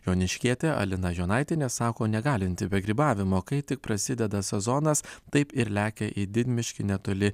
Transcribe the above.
joniškietė alina jonaitienė sako negalinti be grybavimo kai tik prasideda sezonas taip ir lekia į didmiškį netoli